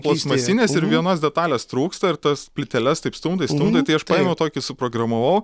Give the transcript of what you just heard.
plastmasinis ir vienos detalės trūksta ir tas plyteles taip stumdai stumdai tai aš paėmiau tokį suprogramavau